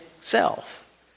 self